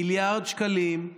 מיליארד שקלים,